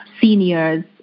seniors